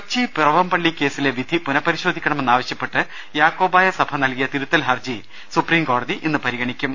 കൊച്ചി പിറവംപള്ളികേസിലെ വിധി പുനഃപരിശോധിക്കണമെന്ന് ആവശ്യപ്പെട്ട് യാക്കോബായസഭ നൽകിയ തിരുത്തൽഹർജി ഇന്ന് സുപ്രീംകോടതി പരിഗണിക്കും